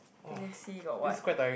let me see got what